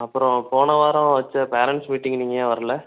அப்புறம் போன வாரம் வைச்ச பேரன்ட்ஸ் மீட்டிங்குக்கு நீங்கள் ஏன் வரல